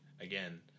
again